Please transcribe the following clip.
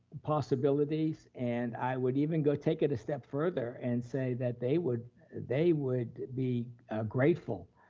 possibilities and i would even go take it a step further and say that they would they would be grateful